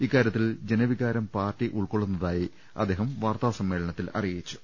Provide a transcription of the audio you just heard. ഇക്കാര്യ ത്തിലെ ജനവികാരം പാർട്ടി ഉൾക്കൊള്ളുന്നതായി അദ്ദേഹം വാർത്താ സമ്മേളനത്തിൽ അറിയിച്ചു